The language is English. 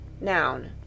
noun